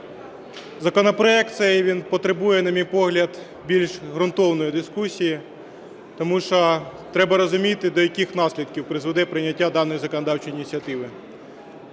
законопроект цей, він потребує, на мій погляд, більш ґрунтовної дискусії, тому що треба розуміти, до яких наслідків призведе прийняття даної законодавчої ініціативи.